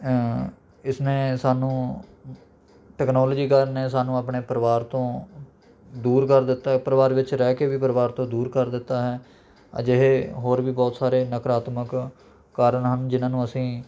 ਇਸਨੇ ਸਾਨੂੰ ਟੈਕਨਾਲੋਜੀਕਰਨ ਨੇ ਸਾਨੂੰ ਆਪਣੇ ਪਰਿਵਾਰ ਤੋਂ ਦੂਰ ਕਰ ਦਿੱਤਾ ਹੈ ਪਰਿਵਾਰ ਵਿੱਚ ਰਹਿ ਕੇ ਵੀ ਪਰਿਵਾਰ ਤੋਂ ਦੂਰ ਕਰ ਦਿੱਤਾ ਹੈ ਅਜਿਹੇ ਹੋਰ ਵੀ ਬਹੁਤ ਸਾਰੇ ਨਕਾਰਾਤਮਕ ਕਾਰਨ ਹਨ ਜਿਨ੍ਹਾਂ ਨੂੰ ਅਸੀਂ